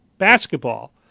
basketball